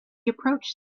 approached